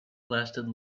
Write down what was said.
lasted